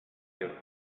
you